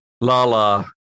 Lala